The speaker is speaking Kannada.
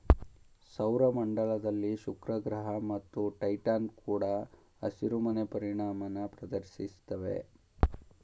ಸೌರ ಮಂಡಲದಲ್ಲಿ ಶುಕ್ರಗ್ರಹ ಮತ್ತು ಟೈಟಾನ್ ಕೂಡ ಹಸಿರುಮನೆ ಪರಿಣಾಮನ ಪ್ರದರ್ಶಿಸ್ತವೆ